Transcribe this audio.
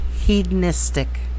hedonistic